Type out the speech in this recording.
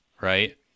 right